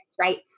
right